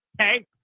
okay